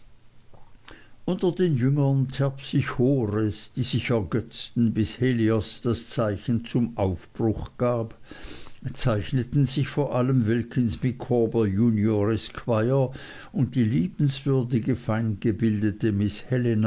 unter den jüngern terpsichores die sich ergötzten bis helios das zeichen zum aufbruch gab zeichneten sich vor allen wilkins micawber junior esquire und die liebenswürdige und feingebildete miß helena